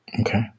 Okay